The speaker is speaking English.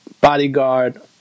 bodyguard